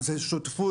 זו שותפות.